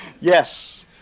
Yes